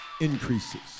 increases